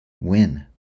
Win